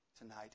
tonight